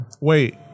wait